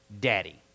daddy